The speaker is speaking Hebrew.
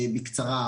בקצרה,